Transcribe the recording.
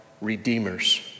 redeemers